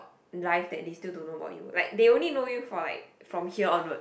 life that they still don't know about you like they only know you for like from here onwards